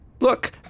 Look